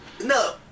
No